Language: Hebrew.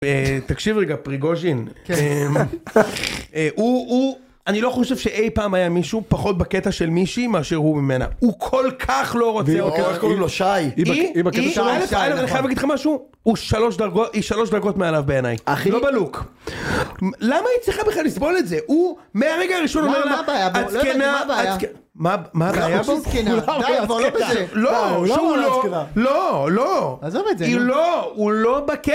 תקשיב רגע פריגוז'ין, הוא, אני לא חושב שאי פעם היה מישהו פחות בקטע של מישהי מאשר הוא ממנה. הוא כל כך לא רוצה. אני יכול להגיד לך משהו? היא 3 דרגות, 3 דרגות מעליו בעיניי. הכי לא בלוק. למה היא צריכה בכלל לסבול את זה? הוא מהרגע הראשון אומר לה את זקנה.. מה הבעיה?..לא, לא, עזוב את זה, הוא לא בקטע